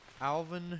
Alvin